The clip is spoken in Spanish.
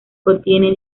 contiene